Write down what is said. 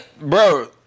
Bro